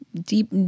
Deep